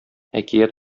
әкият